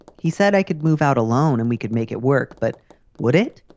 he said i could move out alone and we could make it work. but would it?